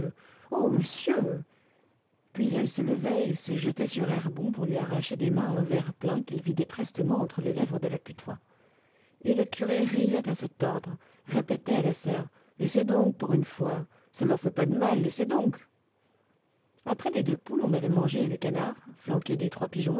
oh monsieur puis elle se levait et se jetait sur herbon pour lui arracher des mains un verre plein qu'il vidait prestement entre les lèvres de la putois et le curé riait à se tordre répétait à la soeur laissez donc pour une fois ça ne leur fait pas de mal laissez donc après les deux poules on avait mangé le canard flanqué des trois pigeons